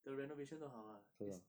the renovation 多少吗 it's